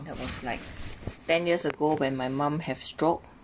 that was like ten years ago when my mum have stroke